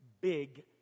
big